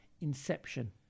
inception